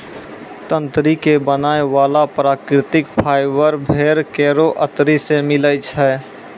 तंत्री क बनाय वाला प्राकृतिक फाइबर भेड़ केरो अतरी सें मिलै छै